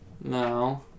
No